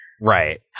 Right